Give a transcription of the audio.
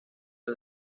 del